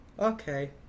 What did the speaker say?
okay